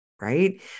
Right